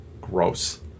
Gross